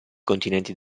continenti